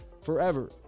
forever